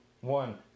one